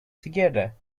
together